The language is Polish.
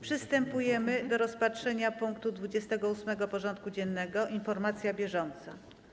Przystępujemy do rozpatrzenia punktu 28. porządku dziennego: Informacja bieżąca.